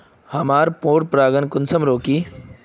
हमार पोरपरागण कुंसम रोकीई?